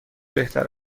بهتر